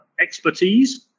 expertise